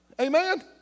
Amen